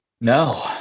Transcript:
no